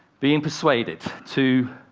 being persuaded to